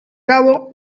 cabo